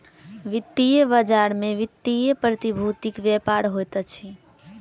वित्तीय बजार में वित्तीय प्रतिभूतिक व्यापार होइत अछि